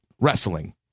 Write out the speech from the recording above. wrestling